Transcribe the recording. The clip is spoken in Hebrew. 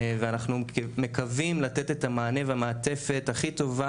ואנחנו מקווים לתת את המענה והמעטפת הכי טובה